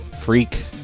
Freak